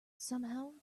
somehow